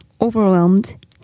overwhelmed